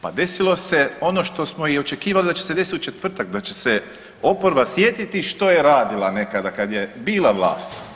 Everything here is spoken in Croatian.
Pa desilo se ono što smo i očekivali da će se desiti u četvrtak, da će se oporba sjetiti što je radila nekada kad je bila vlast.